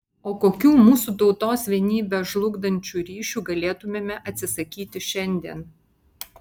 o kokių mūsų tautos vienybę žlugdančių ryšių galėtumėme atsisakyti šiandien